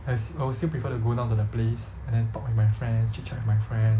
I st~ I would still prefer to go down to the place and then talk with my friends chit chat with my friend